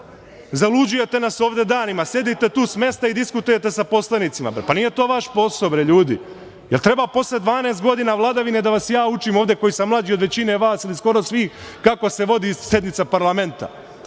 vera. Zaluđujete nas ovde danima. Sedite tu i sa mesta diskutujete sa poslanicima. Pa, nije to vaš posao, ljudi. Da li treba posle 12 godina vladavine da vas ja učim ovde, koji sam mlađi od većine vas ili skoro svih, kako se vodi sednica parlamenta? Vi